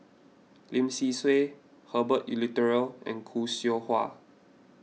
Lim Swee Say Herbert Eleuterio and Khoo Seow Hwa